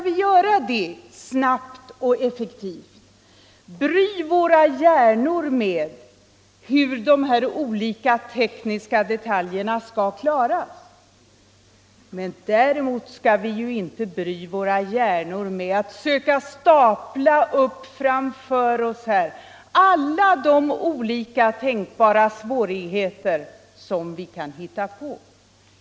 Vi måste bry våra hjärnor med hur de olika tekniska detaljerna skall klaras, men däremot skall vi naturligtvis inte bry våra hjärnor med att söka stapla upp framför oss alla de olika svårigheter som vi kan hitta på.